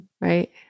right